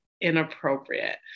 inappropriate